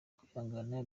kwihangana